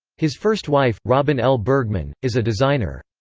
his first wife, robin l. bergman, is a designer.